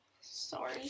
Sorry